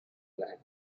land